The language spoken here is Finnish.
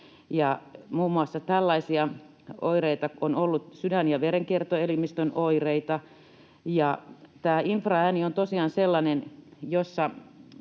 muun muassa tällaisia oireita on ollut kuin sydämen ja verenkiertoelimistön oireita, ja tämä infraääni on tosiaan sellainen, jota